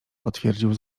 potwierdził